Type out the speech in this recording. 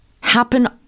happen